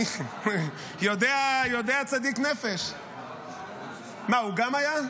--- יודע צדיק נפש --- מה, הוא גם היה?